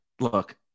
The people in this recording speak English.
Look